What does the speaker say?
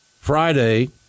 Friday